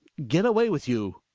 get away with you!